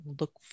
Look